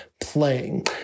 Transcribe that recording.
playing